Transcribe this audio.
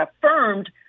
affirmed